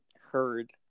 heard